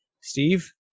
Steve